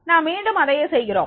நாம் மீண்டும் அதையே செய்கிறோம்